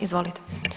Izvolite.